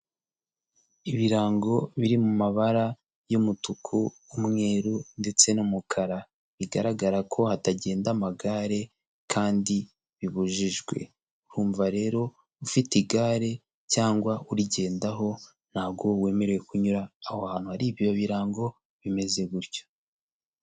Ibirango biri mu mabara y'umutuku, umweruru ndetse n'umukara. Bigaragara ko hatagenda amagare kandi bibujijwe. Wumva rero ufite igare cyangwa urigendaho, ntago wemerewe kunyura aho hantu hari ibyo birango bimeze gutyo.